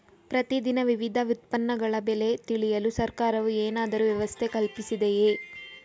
ಪ್ರತಿ ದಿನ ವಿವಿಧ ಉತ್ಪನ್ನಗಳ ಬೆಲೆ ತಿಳಿಯಲು ಸರ್ಕಾರವು ಏನಾದರೂ ವ್ಯವಸ್ಥೆ ಕಲ್ಪಿಸಿದೆಯೇ?